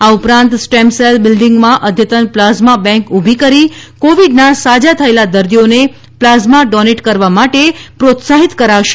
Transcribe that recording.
આ ઉપરાંત સ્ટેમસેલ બિલ્ડીંગમાં અદ્યતન પ્લાઝમા બેંક ઊલી કરી કોવિડના સાજાં થયેલાં દર્દીઓને પ્લાઝમા ડોનેટ કરવા માટે પ્રોત્સાહિત કરાશે